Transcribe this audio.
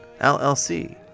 LLC